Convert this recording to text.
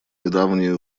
недавние